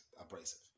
abrasive